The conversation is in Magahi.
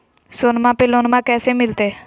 सोनमा पे लोनमा कैसे मिलते?